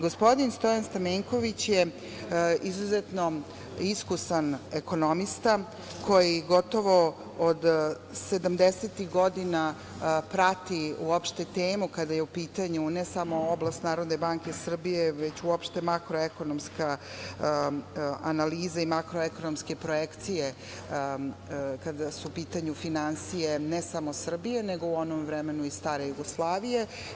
Gospodin Stojan Stamenković je izuzetno iskusan ekonomista, koji gotovo od sedamdesetih godina prati, uopšte temu kada je u pitanju ne samo oblast Narodne banke Srbije, već uopšte makroekonomska analiza i makroekonomske projekcije kada su u pitanju finansije, ne samo Srbije, nego u onom vremenu i stare Jugoslavije.